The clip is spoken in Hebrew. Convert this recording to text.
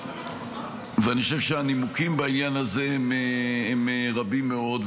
אני חושב שהנימוקים בעניין הזה הם רבים מאוד,